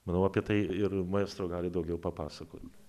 manau apie tai ir maestro gali daugiau papasakot